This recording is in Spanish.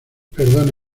perdone